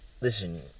Listen